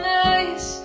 nice